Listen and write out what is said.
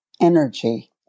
energy